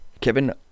Kevin